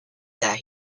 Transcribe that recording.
that